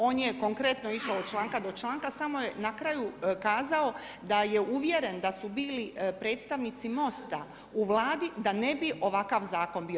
On je konkretno išao od članka do članka samo je na kraju kazao da je uvjeren da su bili predstavnici MOST-a u Vladi da ne bi ovakav zakon bio.